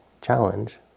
challenge